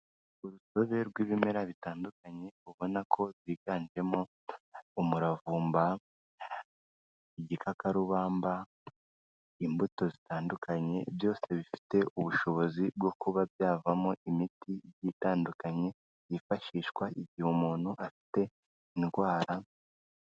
Urusobe rw'ibimera bitandukanye ubona ko byiganjemo umuravumba, igikakarubamba, imbuto zitandukanye byose bifite ubushobozi bwo kuba byavamo imiti igiye itandukanye yifashishwa igihe umuntu afite indwara.